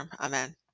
Amen